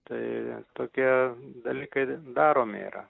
tai tokie dalykai daromi yra